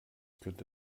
könnte